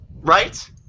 Right